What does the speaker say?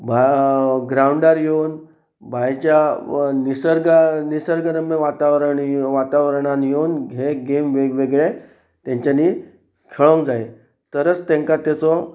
ग्रावंडार येवन भायच्या निसर्गा निसर्गनम्य वातावरण वातावरणान येवन हे गेम वेगवेगळे तेंच्यांनी खेळोंक जाय तरच तांकां ताचो